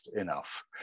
enough